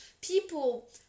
people